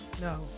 No